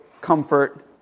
comfort